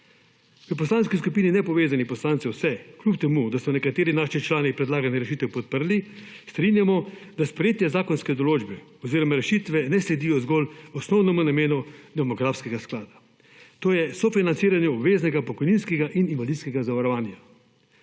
V Poslanski skupini Nepovezanih poslancev se kljub temu, da so nekateri naši člani predlagane rešitve podprli, strinjamo, da sprejetje zakonske določbe oziroma rešitve ne sledijo zgolj osnovnemu namenu demografskega sklada. To je sofinanciranje obveznega pokojninskega in invalidskega zavarovanja.